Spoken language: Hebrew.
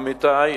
עמיתי,